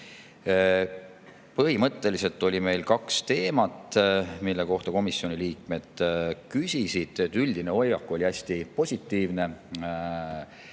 Põhimõtteliselt oli meil kaks teemat, mille kohta komisjoni liikmed küsisid. Üldine hoiak oli hästi positiivne,